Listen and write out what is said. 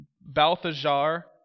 Balthazar